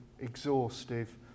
exhaustive